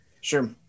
sure